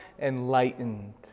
enlightened